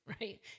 right